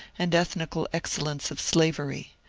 and ethnical excel lence of slavery.